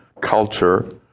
culture